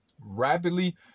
rapidly